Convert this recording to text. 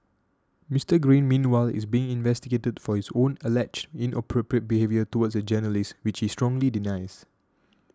Mister Green meanwhile is being investigated for his own alleged inappropriate behaviour towards a journalist which he strongly denies